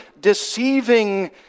deceiving